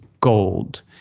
gold